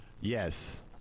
yes